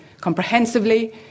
comprehensively